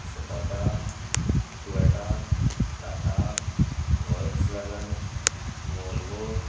Skoda Toyota Tata Volkswagen Volvo